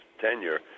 tenure